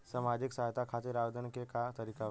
सामाजिक सहायता खातिर आवेदन के का तरीका बा?